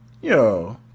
yo